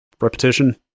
repetition